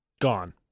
Gone